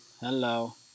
Hello